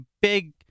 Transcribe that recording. big